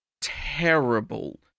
terrible